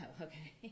Okay